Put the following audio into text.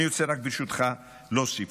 אני רוצה, ברשותך, רק להוסיף.